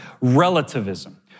relativism